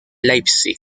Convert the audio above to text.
leipzig